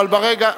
אבל ברגע,